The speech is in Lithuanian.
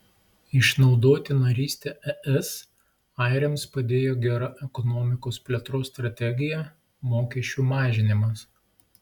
išnaudoti narystę es airiams padėjo gera ekonomikos plėtros strategija mokesčių mažinimas